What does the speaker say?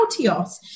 Altios